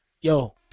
Yo